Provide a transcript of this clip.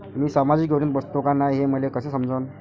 मी सामाजिक योजनेत बसतो का नाय, हे मले कस समजन?